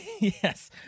yes